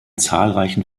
zahlreichen